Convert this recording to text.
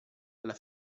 alla